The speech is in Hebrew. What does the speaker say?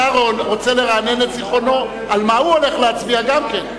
השר רוצה לרענן את זיכרונו על מה הוא הולך להצביע גם כן.